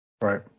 right